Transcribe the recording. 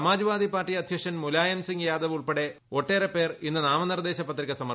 Samajwadi Party അധ്യക്ഷൻ മുലായം സിംഗ് യാദവ് ഉൾപ്പെടെ ഒട്ടേറെ പേർ ഇന്ന് നാമനിർദ്ദേശ പത്രിക സമർപ്പിച്ചു